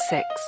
Six